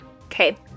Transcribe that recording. Okay